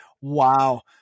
Wow